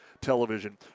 Television